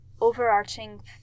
overarching